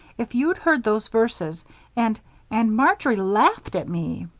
if you'd heard those verses and and marjory laughed at me.